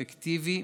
אפקטיבי,